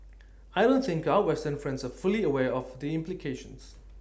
I don't think our western friends are fully aware of the implications